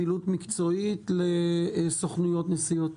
פעילות מקצועית לסוכנויות נסיעות?